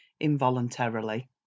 involuntarily